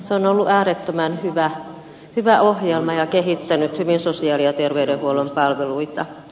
se on ollut äärettömän hyvä ohjelma ja kehittänyt hyvin sosiaali ja terveydenhuollon palveluita